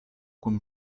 kun